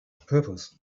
purpose